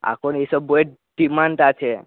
এখন এইসব বইয়ের ডিমান্ড আছে